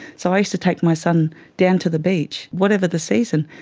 so i used to take my son down to the beach, whatever the season,